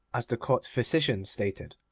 as the court physician stated,